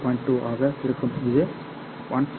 2 ஆக இருக்கும் இது 150 Km